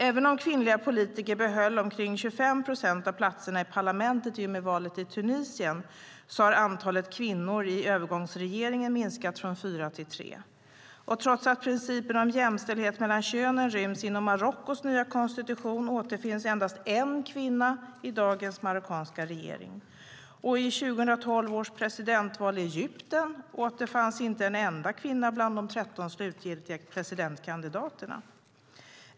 Även om kvinnliga politiker behöll omkring 25 procent av platserna i parlamentet i och med valet i Tunisien har antalet kvinnor i övergångsregeringen minskat från fyra till tre. Trots att principen om jämställdhet mellan könen ryms inom Marockos nya konstitution återfinns endast en kvinna i dagens marockanska regering. I 2012 års presidentval i Egypten återfanns inte en enda kvinna bland de 13 slutgiltiga presidentkandidaterna.